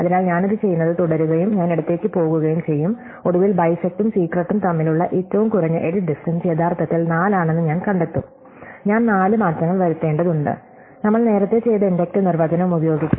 അതിനാൽ ഞാൻ ഇത് ചെയ്യുന്നത് തുടരുകയും ഞാൻ ഇടത്തേക്ക് പോകുകയും ചെയ്യും ഒടുവിൽ ബൈസെക്ടും സീക്രെട്ടും തമ്മിലുള്ള ഏറ്റവും കുറഞ്ഞ എഡിറ്റ് ഡിസ്റ്റ്ടെൻസ് യഥാർത്ഥത്തിൽ 4 ആണെന്ന് ഞാൻ കണ്ടെത്തും ഞാൻ നാല് മാറ്റങ്ങൾ വരുത്തേണ്ടതുണ്ട് നമ്മൾ നേരത്തെ ചെയ്ത ഇൻഡക്റ്റീവ് നിർവചനം ഉപയോഗിച്ച്